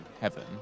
heaven